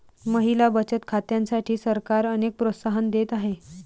महिला बचत खात्यांसाठी सरकार अनेक प्रोत्साहन देत आहे